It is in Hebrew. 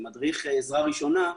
מדריך עזרה ראשונה,